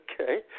Okay